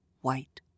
white